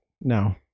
no